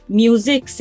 music